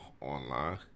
online